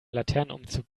laternenumzug